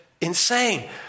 insane